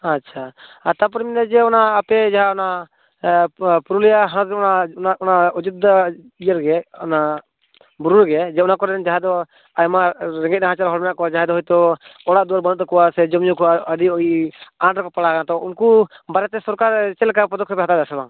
ᱟᱪᱪᱷᱟ ᱛᱟᱯᱚᱨᱮᱤ ᱢᱮᱱᱮᱫᱟ ᱡᱮ ᱚᱱᱟ ᱟᱯᱮ ᱡᱟᱦᱟᱸ ᱚᱱᱟ ᱯᱩᱨᱩᱞᱤᱭᱟ ᱦᱚᱱᱚᱛ ᱨᱮ ᱚᱱᱟ ᱚᱡᱳᱡᱫᱷᱟ ᱤᱭᱟᱹ ᱨᱮᱜᱮ ᱚᱱᱟ ᱵᱩᱨᱩ ᱨᱮ ᱡᱮ ᱚᱱᱟ ᱠᱚᱨᱮᱱ ᱡᱟᱦᱟᱭ ᱫᱚ ᱟᱭᱢᱟ ᱨᱮᱸᱜᱮᱡ ᱱᱟᱪᱟᱨ ᱦᱚᱲ ᱢᱮᱱᱟᱜ ᱠᱚᱣᱟ ᱡᱟᱦᱟᱭ ᱫᱚ ᱦᱳᱭᱛᱳ ᱚᱲᱟᱜ ᱫᱩᱭᱟᱹᱰ ᱵᱟᱹᱱᱩᱜ ᱛᱟᱠᱚᱣᱟ ᱡᱮ ᱡᱚᱢ ᱧᱩ ᱠᱚ ᱟᱹᱰᱤ ᱟᱸᱴ ᱨᱮᱠᱚ ᱯᱟᱲᱟᱜᱼᱟ ᱛᱚ ᱩᱱᱠᱩ ᱵᱟᱨᱮᱛᱮ ᱥᱚᱨᱠᱟᱨ ᱪᱮᱫ ᱞᱮᱠᱟ ᱯᱚᱫᱚᱠᱷᱮᱯᱮ ᱦᱟᱟᱣ ᱮᱫᱟ ᱥᱮ ᱵᱟᱝ